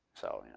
so,